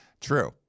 True